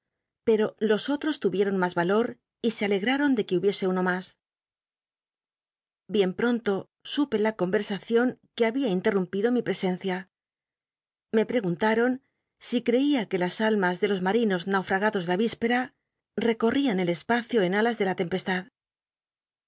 pero los otros tmieron mas alor se alegraron de que hubiese uno mas bien pronto supe la comersacion que habia interrumpido mi presencia me preguntaron si creia que las alma de los marinos naufragados rian el espacio en alas de la temla